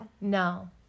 No